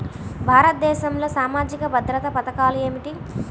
భారతదేశంలో సామాజిక భద్రతా పథకాలు ఏమిటీ?